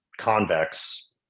convex